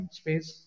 space